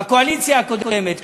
בקואליציה הקודמת,